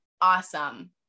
awesome